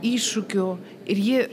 iššūkių ir ji